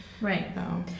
Right